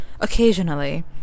occasionally